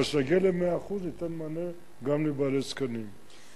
אבל, כשנגיע ל-100% ניתן מענה גם לבעלי זקנים.